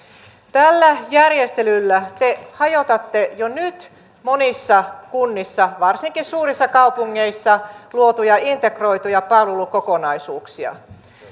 tällä järjestelyllä te hajotatte jo nyt monissa kunnissa varsinkin suurissa kaupungeissa luotuja integroituja palvelukokonaisuuksia